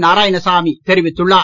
நாரயாணசாமி தெரிவித்துள்ளார்